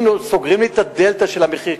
אם סוגרים את הדלתא של המחיר,